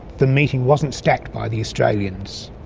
the meeting wasn't stacked by the australians,